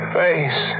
face